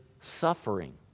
suffering